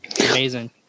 amazing